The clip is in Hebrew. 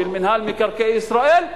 של מינהל מקרקעי ישראל,